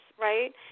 right